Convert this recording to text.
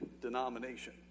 denomination